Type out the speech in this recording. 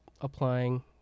applying